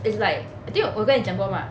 it's like I think 我有跟你讲过 mah